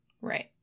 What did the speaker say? Right